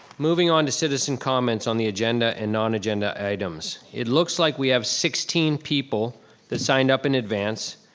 moving on to citizen comments on the agenda and non-agenda items. it looks like we have sixteen people that signed up in advance.